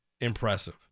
impressive